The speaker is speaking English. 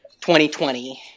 2020